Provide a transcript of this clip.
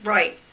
Right